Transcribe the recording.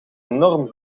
enorm